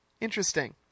Interesting